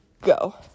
Go